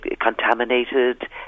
contaminated